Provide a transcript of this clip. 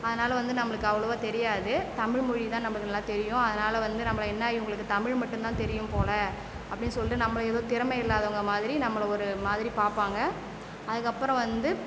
அதனால் வந்து நம்மளுக்கு அவ்ளோவாக தெரியாது தமிழ் மொழி தான் நம்பளுக்கு நல்லா தெரியும் அதனால் வந்து நம்பளை என்ன இவங்களுக்கு தமிழ் மட்டும் தான் தெரியும் போல் அப்படினு சொல்லிட்டு நம்மளை எதோ திறமை இல்லாதவங்க மாதிரி நம்மளை ஒரு மாதிரி பார்ப்பாங்க அதற்கப்பறம் வந்து